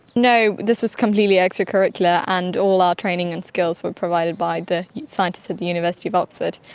no, this was completely extracurricular, and all our training and skills were provided by the scientists at the university of oxford.